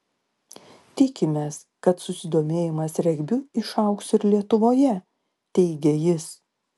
tikimės kad susidomėjimas regbiu išaugs ir lietuvoje teigė jis